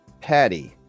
Patty